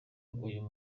uyu